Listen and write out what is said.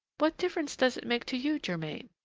what difference does it make to you, germain?